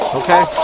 okay